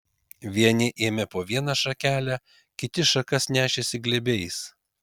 vieni ėmė po vieną šakelę kiti šakas nešėsi glėbiais